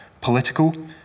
political